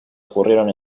ocurrieron